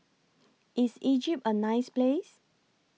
IS Egypt A nice Place